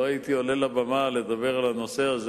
לא הייתי עולה לבמה לדבר על הנושא הזה